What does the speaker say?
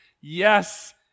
Yes